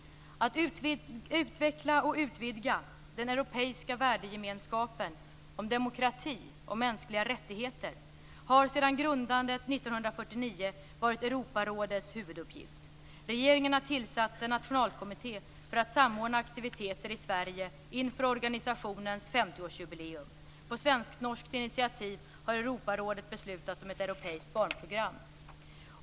Att utveckla och utvidga den europeiska värdegemenskapen om demokrati och mänskliga rättigheter har sedan grundandet 1949 varit Europarådets huvuduppgift. Regeringen har tillsatt en nationalkommitté för att samordna aktiviteter i Sverige inför organisationens 50-årsjubileum. På svensk-norskt initiativ har Europarådet beslutat om ett europeiskt barnprogram.